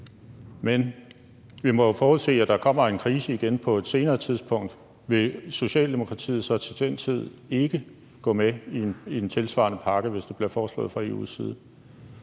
Men vi må jo forudse, at der kommer en krise igen på et senere tidspunkt. Vil Socialdemokratiet så til den tid ikke gå med i en tilsvarende pakke, hvis det bliver foreslået fra EU's side?